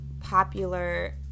popular